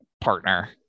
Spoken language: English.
partner